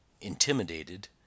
intimidated